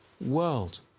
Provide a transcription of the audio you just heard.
world